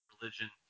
religion